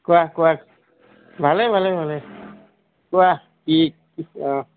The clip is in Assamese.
কোৱা কোৱা ভালে ভালে ভালে কোৱা কি অঁ